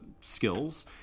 skills